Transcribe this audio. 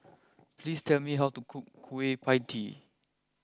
please tell me how to cook Kueh Pie Tee